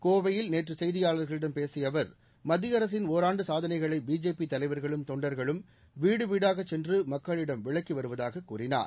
கோவையில் நேற்று செய்தியாளர்களிடம் பேசிய அவர் மத்திய அரசின் ஒராண்டு சாதனைகளை பிஜேபி தலைவர்களும் தொண்டர்களும் வீடுவீடாக சென்று மக்களிடம் விளக்கி வருவதாக கூறினார்